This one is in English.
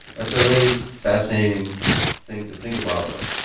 that's a really fascinating thing to think about, but